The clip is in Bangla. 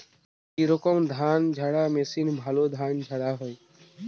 কি রকম ধানঝাড়া মেশিনে ভালো ধান ঝাড়া হয়?